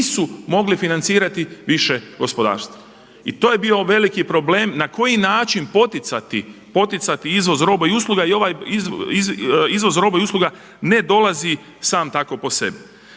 nisu mogli financirati više gospodarstvo. I to je bio veliki problem na koji način poticati izvoz roba i usluga i ovaj izvoz roba i usluga ne dolazi sam tako po sebi.